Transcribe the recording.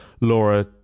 Laura